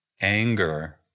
anger